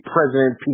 President